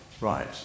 Right